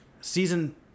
season